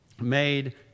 made